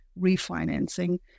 refinancing